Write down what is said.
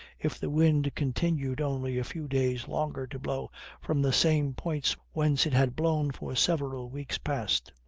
if the wind continued only a few days longer to blow from the same points whence it had blown for several weeks past.